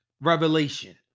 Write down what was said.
Revelation